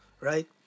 right